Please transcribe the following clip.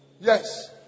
Yes